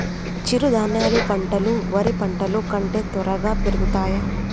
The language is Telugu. చిరుధాన్యాలు పంటలు వరి పంటలు కంటే త్వరగా పెరుగుతయా?